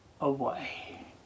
away